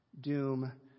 doom